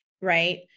right